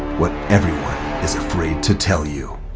what everyone is afraid to tell you.